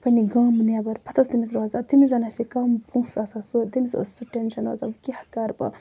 پَنٕنہِ گامہٕ نٮ۪بر پَتہٕ اوس تٔمِس روزان تٔمِس زَن آسہِ ہا کانٛہہ پونٛسہٕ آسان سۭتۍ تٔمِس اوس سُہ ٹٮ۪نشن آسان کیاہ کرٕ بہٕ